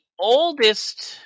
oldest